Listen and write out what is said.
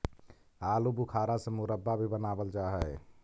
आलू बुखारा से मुरब्बा भी बनाबल जा हई